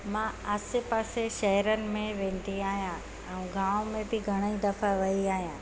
मां आसे पासे शहरनि में वेंदी आहियां ऐं गांव में बि घणेई दफ़ा वई आहियां